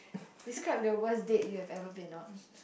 describe the worst date you've ever been on